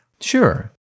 Sure